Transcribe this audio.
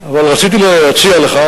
אבל רציתי להציע לך,